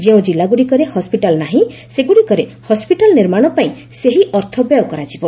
ଯେଉଁ ଜିଲ୍ଲାଗୁଡ଼ିକରେ ହସ୍କିଟାଲ ନାହିଁ ସେଗୁଡ଼ିକରେ ହସ୍କିଟାଲ ନିର୍ମାଣ ପାଇଁ ସେହି ଅର୍ଥ ବ୍ୟୟ କରାଯିବ